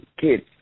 kids